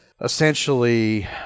essentially